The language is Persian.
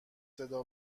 صدا